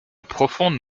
profondes